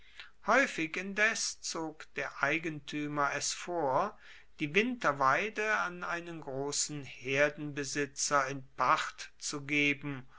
haeufig indes zog der eigentuemer es vor die winterweide an einen grossen herdenbesitzer in pacht zu geben